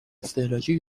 استعلاجی